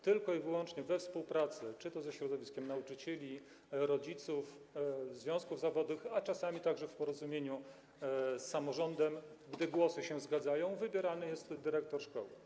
Tylko i wyłącznie we współpracy ze środowiskiem nauczycieli, rodziców, związków zawodowych, a czasami także w porozumieniu z samorządem, gdy głosy się zgadzają, wybierany jest dyrektor szkoły.